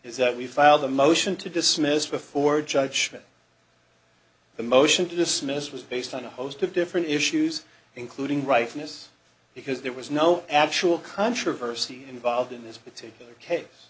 is that we filed a motion to dismiss before judge the motion to dismiss was based on a host of different issues including right from this because there was no actual controversy involved in this particular case